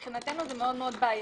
מבחינתנו זה מאוד מאוד בעייתי.